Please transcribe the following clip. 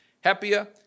happier